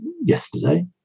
yesterday